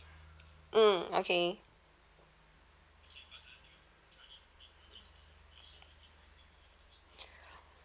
mm okay